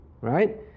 Right